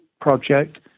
Project